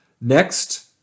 Next